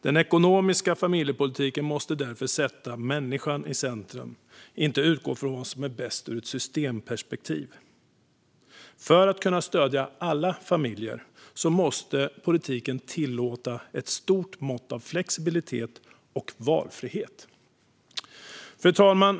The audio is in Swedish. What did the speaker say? Den ekonomiska familjepolitiken måste därför sätta människan i centrum och inte utgå från vad som är bäst ur ett systemperspektiv. För att kunna stödja alla familjer måste politiken tillåta ett stort mått av flexibilitet och valfrihet. Fru talman!